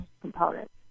components